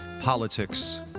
politics